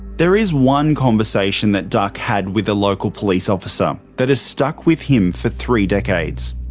there is one conversation that duck had with a local police officer that has stuck with him for three decades.